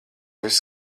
viss